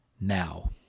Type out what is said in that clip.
Now